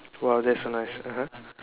!wah! that's so nice (uh huh)